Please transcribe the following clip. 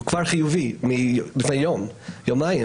הוא כבר חיובי מלפני יום או יומיים,